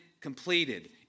completed